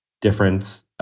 difference